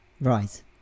Right